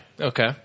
okay